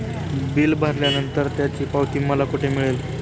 Bill भरल्यानंतर त्याची पावती मला कुठे मिळेल?